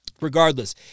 Regardless